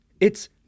It's-